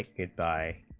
it by